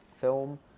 film